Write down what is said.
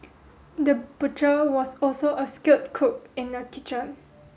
the butcher was also a skilled cook in the kitchen